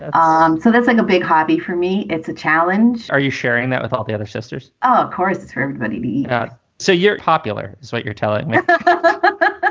um so that's like a big hobby for me it's a challenge. are you sharing that with all the other sisters? of course it's for everybody. so you're popular. so you're telling yeah but but ah